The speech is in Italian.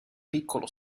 piccolo